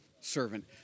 servant